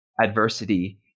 adversity